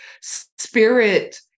spirit